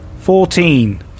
Fourteen